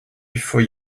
before